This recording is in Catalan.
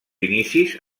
inicis